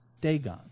Dagon